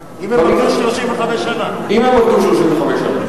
במקרה הטוב, אם הם עבדו 35 שנה.